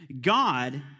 God